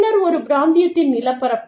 பின்னர் ஒரு பிராந்தியத்தின் நிலப்பரப்பு